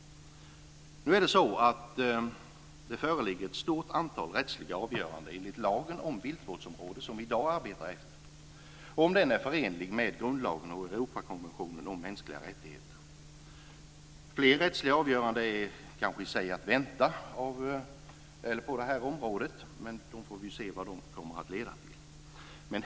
Nu är det så att det föreligger ett stort antal rättsliga avgöranden om den lag om viltvårdsområden som vi i dag arbetar efter är förenlig med grundlagen och Europakonventionen om mänskliga rättigheter. Fler rättsliga avgöranden är kanske att vänta på området. Vi får väl se vad de i så fall leder till.